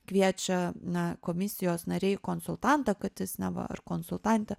kviečia na komisijos nariai konsultantą kad jis neva ar konsultantę